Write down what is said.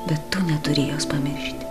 bet tu neturi jos pamiršti